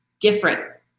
different